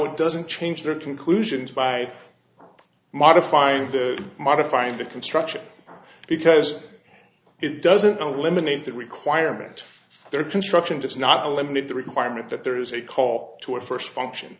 it doesn't change their conclusions by modifying to modifying the construction because it doesn't eliminate the requirement their construction does not eliminate the requirement that there is a call to a first function